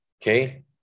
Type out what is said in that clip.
Okay